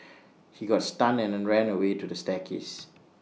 he got stunned and ran away to the staircase